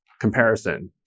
comparison